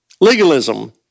Legalism